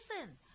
Listen